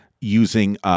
using –